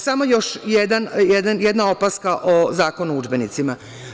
Samo još jedna opaska o Zakonu o udžbenicima.